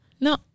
No